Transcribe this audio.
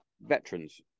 veterans